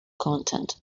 content